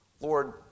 Lord